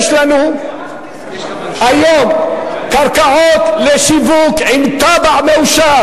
יש לנו היום קרקעות לשיווק עם תב"ע מאושרת